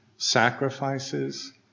sacrifices